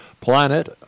planet